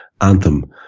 anthem